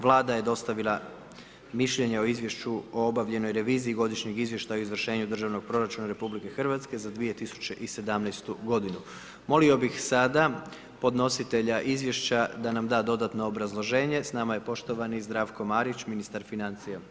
Vlada je dostavila mišljenja o izvješću o obavljenoj reviziji godišnjeg izvještaja o izvršenju državnog proračuna RH, za 2017. g. Molio bi sada podnositelja izvješća da nam da dodatno obrazloženje, s nama je poštovani Zdravko Marić, ministar financija.